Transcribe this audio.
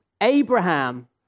Abraham